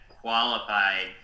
qualified